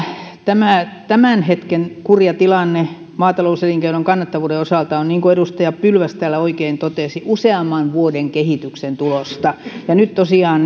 tämän hetken kurja tilanne maatalouselinkeinon kannattavuuden osalta on niin kuin edustaja pylväs täällä oikein totesi useamman vuoden kehityksen tulosta ja nyt tosiaan